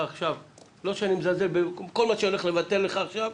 כל מה שאני הולך לבטל לך עכשיו,